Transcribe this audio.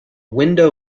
window